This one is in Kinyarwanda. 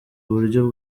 uburyo